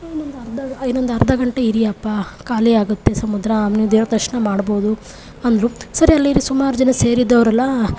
ಇನ್ನೊಂದು ಅರ್ಧ ಇನ್ನೊಂದು ಅರ್ಧ ಗಂಟೆ ಇರಿಯಪ್ಪಾ ಖಾಲಿಯಾಗುತ್ತೆ ಸಮುದ್ರ ನೀವು ದೇವ್ರ ದರ್ಶನ ಮಾಡ್ಬೋದು ಅಂದರು ಸರಿ ಅಲ್ಲಿ ಸುಮಾರು ಜನ ಸೇರಿದೋರೆಲ್ಲಾ